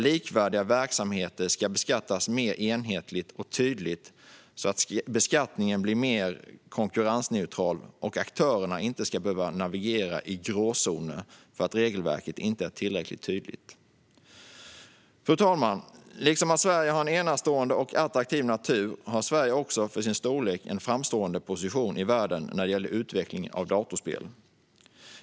Likvärdiga verksamheter ska beskattas mer enhetligt och tydligt så att beskattningen blir mer konkurrensneutral. Aktörerna ska inte behöva navigera i gråzoner på grund av att regelverket inte är tillräckligt tydligt. Fru talman! Sverige har en enastående och attraktiv natur. Likaså har Sverige en för sin storlek framstående position i världen när det gäller utveckling av datorspel.